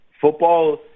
Football